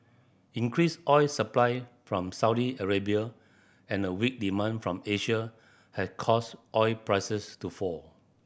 increased oil supply from Saudi Arabia and a weak demand from Asia has caused oil prices to fall